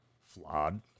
flawed